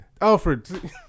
Alfred